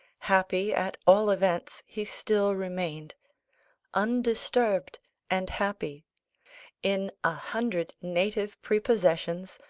happy, at all events, he still remained undisturbed and happy in a hundred native prepossessions,